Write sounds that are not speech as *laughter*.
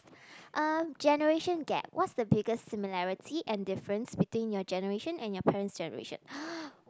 *breath* uh generation gap what's the biggest similarity and difference between your generation and your parents' generation *breath*